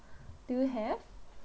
do you have